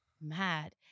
mad